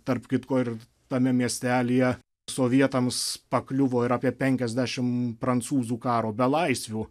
tarp kitko ir tame miestelyje sovietams pakliuvo ir apie penkiasdešim prancūzų karo belaisvių